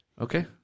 Okay